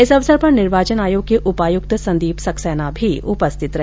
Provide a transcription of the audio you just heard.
इस अवसर पर निर्वाचन आयोग के उपायुक्त संदीप सक्सेना भी उपस्थित रहे